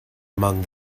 among